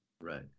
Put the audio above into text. Right